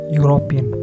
european